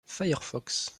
firefox